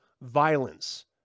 violence